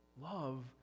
love